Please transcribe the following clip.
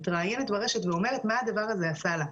מתראיינת ברשת ואומרת מה הדבר הזה עשה לה.